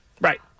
Right